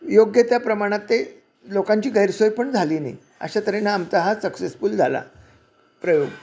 योग्य त्या प्रमाणात ते लोकांची गैरसोय पण झाली नाही अशा तऱ्हेनं आमचा हा सक्सेसफुल झाला प्रयोग